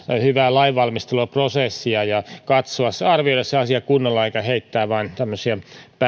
hyvää lainvalmisteluprosessia ja arvioida se asia kunnolla eikä vain heittää tämmöisiä